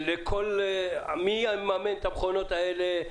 מי יממן את המכונות האלה.